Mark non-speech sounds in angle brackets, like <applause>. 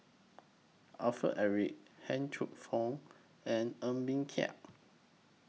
Alfred Eric Han Took <unintelligible> and Ng Bee Kia